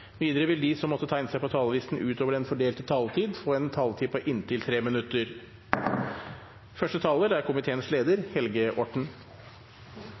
Videre vil de som måtte tegne seg på talerlisten utover den fordelte taletid, få en taletid på inntil 3 minutter.